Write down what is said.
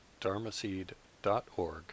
dharmaseed.org